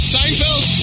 Seinfeld